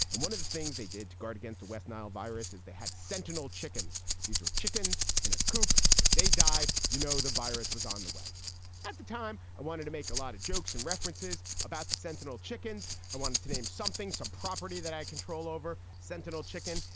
and one of the things they did to guard against the west nile virus is they had sentinel chickens. these are chickens in a coop. if they died, you know, the virus was on the way at the time. i wanted to make a lot of jokes and references about the sentinel chickens. i wanted to name something, some property that i control over sentinel chicken.